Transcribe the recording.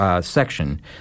section